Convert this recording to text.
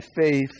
faith